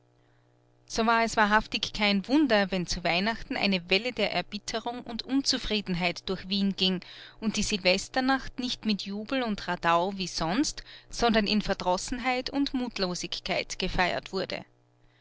so war es wahrhaftig kein wunder wenn zu weihnachten eine welle der erbitterung und unzufriedenheit durch wien ging und die silvesternacht nicht mit jubel und radau wie sonst sondern in verdrossenheit und mutlosigkeit gefeiert wurde